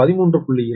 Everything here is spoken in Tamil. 2 KV